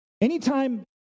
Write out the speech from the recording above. Anytime